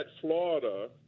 Florida